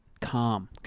calm